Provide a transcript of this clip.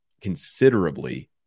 considerably